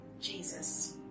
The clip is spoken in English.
Jesus